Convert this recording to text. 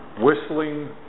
Whistling